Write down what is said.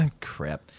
Crap